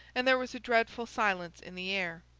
and there was a dreadful silence in the air.